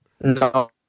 No